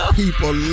people